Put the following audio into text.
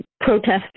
protesters